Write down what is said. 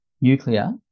nuclear